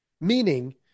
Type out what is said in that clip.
meaning